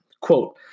Quote